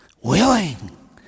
Willing